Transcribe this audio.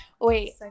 Wait